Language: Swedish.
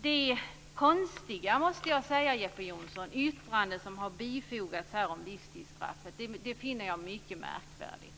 Det konstiga, måste jag säga, Jeppe Johnsson, yttrande som har bifogats här om livstidsstraffet finner jag mycket märkvärdigt.